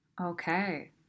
Okay